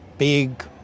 big